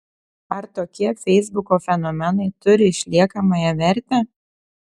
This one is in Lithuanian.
ar tokie feisbuko fenomenai turi išliekamąją vertę